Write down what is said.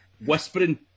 whispering